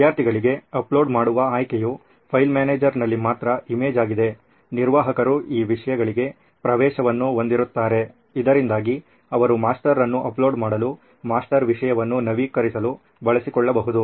ವಿದ್ಯಾರ್ಥಿಗಳಿಗೆ ಅಪ್ಲೋಡ್ ಮಾಡುವ ಆಯ್ಕೆಯು ಫೈಲ್ ಮ್ಯಾನೇಜರ್ನಲ್ಲಿ ಮಾತ್ರ ಇಮೇಜ್ ಆಗಿದೆ ನಿರ್ವಾಹಕರು ಈ ವಿಷಯಗಳಿಗೆ ಪ್ರವೇಶವನ್ನು ಹೊಂದಿರುತ್ತಾರೆ ಇದರಿಂದಾಗಿ ಅವರು ಮಾಸ್ಟರ್ ಅನ್ನು ಅಪ್ಲೋಡ್ ಮಾಡಲು ಮಾಸ್ಟರ್ ವಿಷಯವನ್ನು ನವೀಕರಿಸಲು ಬಳಸಿಕೊಳ್ಳಬಹುದು